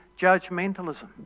judgmentalism